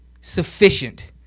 sufficient